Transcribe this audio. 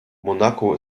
monaco